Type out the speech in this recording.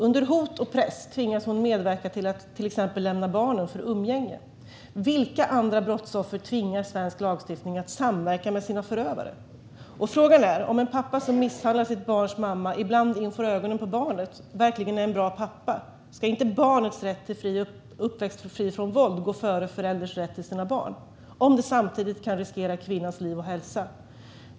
Under hot och press tvingas hon medverka till att till exempel lämna barnen för umgänge. Vilka andra brottsoffer tvingar svensk lagstiftning att samverka med sina förövare? Frågan är om en pappa som misshandlat sitt barns mamma, ibland inför ögonen på barnet, verkligen är en bra pappa. Ska inte barnets rätt till en uppväxt fri från våld gå före en förälders rätt till sina barn om det samtidigt kan riskera kvinnans liv och hälsa?